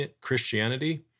Christianity